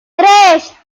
tres